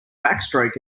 backstroke